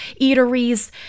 eateries